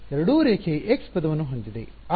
ಎರಡೂ ರೇಖೀಯ x ಪದವನ್ನು ಹೊಂದಿದೆ